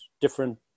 different